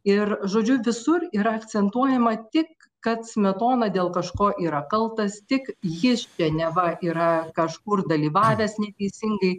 ir žodžiu visur yra akcentuojama tik kad smetona dėl kažko yra kaltas tik jis čia neva yra kažkur dalyvavęs neteisingai